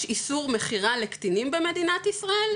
יש איסור מכירה לקטינים במדינת ישראל,